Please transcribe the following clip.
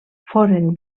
foren